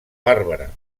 bàrbara